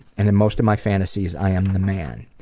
and in most of my fantasies, i am the man.